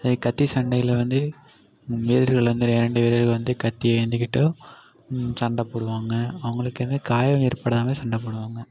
அது கத்தி சண்டையில் வந்து வீரர்கள் வந்து இரண்டு வீரர்கள் வந்து கத்தியை ஏந்திக்கிட்டு சண்டை போடுவாங்க அவங்களுக்கு வந்து காயம் ஏற்படாத மாதிரி சண்டை போடுவாங்க